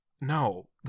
no